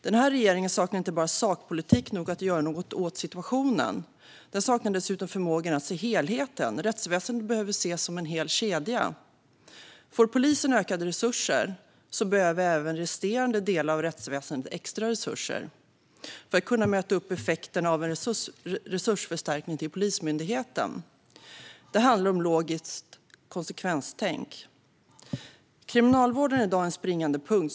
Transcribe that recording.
Den här regeringen saknar inte bara sakpolitik nog att göra något åt situationen. Den saknar dessutom förmåga att se helheten. Rättsväsendet behöver ses som en hel kedja. Om polisen får ökade resurser behöver även resterande delar av rättsväsendet extra resurser för att kunna möta upp effekterna av en resursförstärkning till Polismyndigheten. Det handlar om logiskt konsekvenstänk. Kriminalvården är i dag en springande punkt.